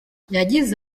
yagize